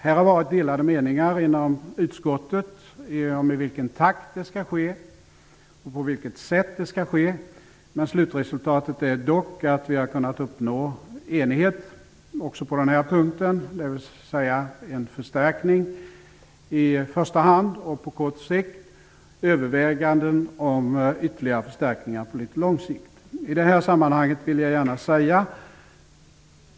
Det har varit delade meningar inom utskottet om vilken takt det skall ske i och vilket sätt det skall ske på, men slutresultatet är dock att vi har kunnat uppnå enighet också på den punkten, nämligen om en förstärkning på kort sikt och om överväganden om ytterligare förstärkningar på litet längre sikt.